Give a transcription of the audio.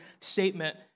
statement